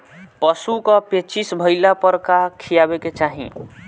पशु क पेचिश भईला पर का खियावे के चाहीं?